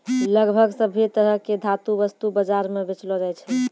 लगभग सभ्भे तरह के धातु वस्तु बाजार म बेचलो जाय छै